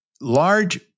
large